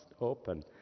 open